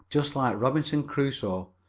just like robinson crusoe,